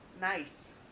Nice